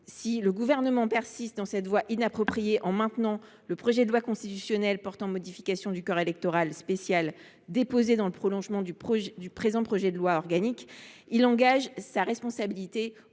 Si le Gouvernement persiste dans cette voie inappropriée en maintenant le projet de loi constitutionnelle portant modification du corps électoral déposé dans le prolongement du présent projet de loi organique, il engage sa responsabilité